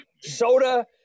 Soda